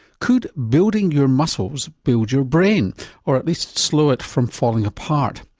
could building your muscles build your brain or at least slow it from falling apart?